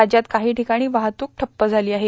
राज्यात काही ठिकाणी वाहतूक ठप्प झाली आहे